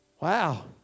Wow